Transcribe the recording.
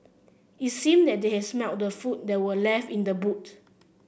it seemed that they had smelt the food that were left in the boot